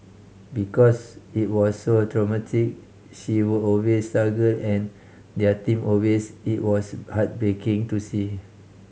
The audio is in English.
because it was so traumatic she would always struggle and tear them a way's it was heartbreaking to see